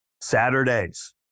Saturdays